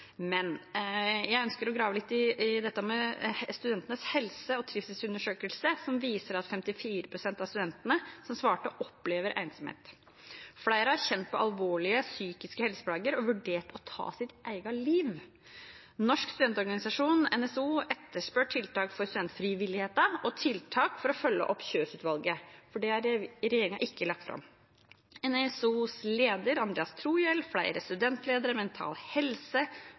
Men jeg ønsker å grave litt i dette som gjelder Studentenes helse- og trivselsundersøkelse, som viser at 54 pst. av studentene som svarte, opplever ensomhet. Flere har kjent på alvorlige psykiske helseplager og vurdert å ta sitt eget liv! Norsk studentorganisasjon, NSO, etterspør tiltak for studentfrivilligheten og tiltak for å følge opp Kjøs-utvalget, for det har regjeringen ikke lagt fram. NSOs leder, Andreas Trohjell, flere studentledere,